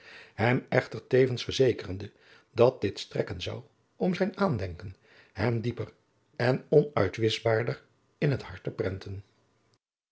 hem echter tevens verzekerende dat dit strekken zou om zijn aandenken hem dieper en onuitwischbaarder in het hart te prenten